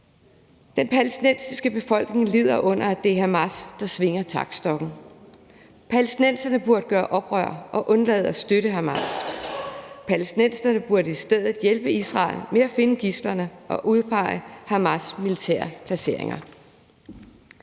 Den palæstinensiske befolkning lider under, at det er Hamas, der svinger taktstokken. Palæstinenserne burde gøre oprør og undlade at støtte Hamas. Palæstinenserne burde i stedet hjælpe Israel med at finde gidslerne og udpege Hamas' militære placeringer.